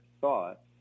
thought